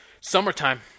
summertime